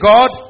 God